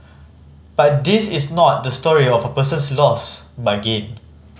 but this is not the story of a person's loss but gain